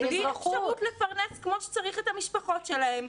בלי אפשרות לפרנס כפי שצריך את המשפחות שלהם,